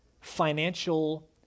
financial